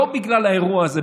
לא בגלל האירוע הזה,